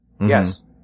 Yes